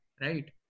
right